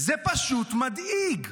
זה פשוט מדאיג.